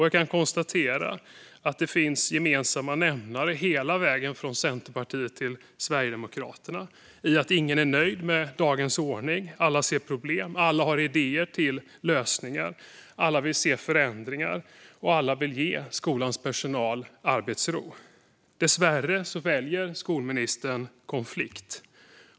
Jag kan konstatera att det finns gemensamma nämnare hela vägen från Centerpartiet till Sverigedemokraterna. Ingen är nöjd med dagens ordning, alla ser problem, alla har idéer till lösningar, alla vill se förändringar och alla vill ge skolans personal arbetsro. Dessvärre väljer skolministern konflikt.